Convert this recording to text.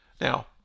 Now